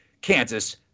Kansas